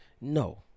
No